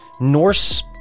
Norse